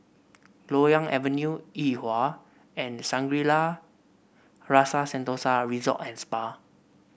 Loyang Avenue Yuhua and Shangri La Rasa Sentosa Resort And Spa